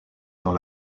dans